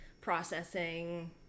processing